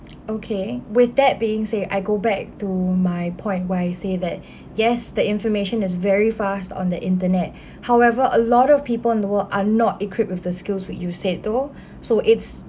okay with that being said I go back to my point why I say that yes the information is very fast on the internet however a lot of people in the world are not equipped with the skills what you said though so it's